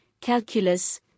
calculus